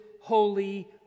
holy